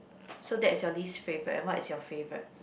so that is your least favourite and what is your favourite